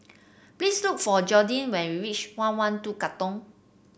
please look for Jordi when you reach one one two Katong